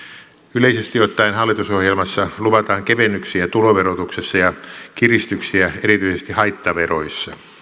yleisesti ottaen hallitusohjelmassa luvataan kevennyksiä tuloverotuksessa ja kiristyksiä erityisesti haittaveroissa